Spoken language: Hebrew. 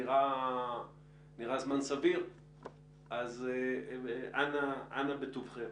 אנא בטובכם.